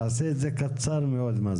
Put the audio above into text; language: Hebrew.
תעשה את זה קצר מאוד.